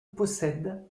possède